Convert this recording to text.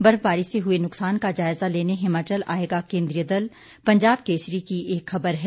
बर्फबारी से हुए नुकसान का जायजा लेने हिमाचल आयेगा केंद्रीय दल पंजाब केसरी की एक खबर है